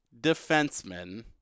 defenseman